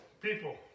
people